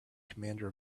commander